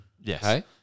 Yes